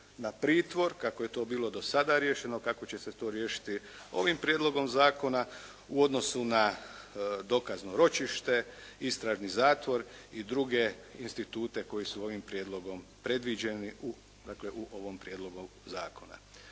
na pritvor kako je to bilo do sada riješeno, kako će se to riješiti ovim prijedlogom zakona u odnosu na dokazno ročište, istražni zatvor i druge institute koji su ovim prijedlogom predviđeni u ovom prijedlogu zakona.